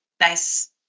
Nice